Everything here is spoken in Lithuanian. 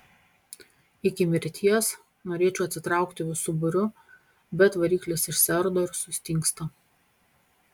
iki mirties norėčiau atsitraukti visu būriu bet variklis išsiardo ir sustingsta